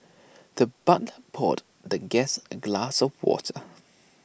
the butler poured the guest A glass of water